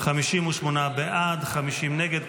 58 בעד, 50 נגד.